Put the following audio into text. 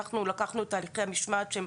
לקחנו את הליכי המשמעת שהם